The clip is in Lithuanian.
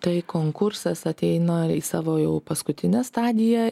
tai konkursas ateina į savo jau paskutinę stadiją